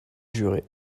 juré